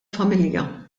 familja